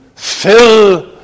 Fill